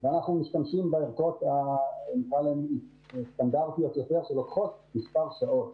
ואנחנו משתמשים בערכות הסטנדרטיות יותר שלוקחות מספר שעות.